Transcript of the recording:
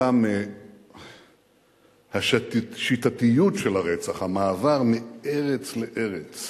אלא בשל השיטתיות של הרצח, המעבר מארץ לארץ